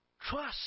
Trust